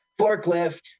Forklift